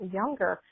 younger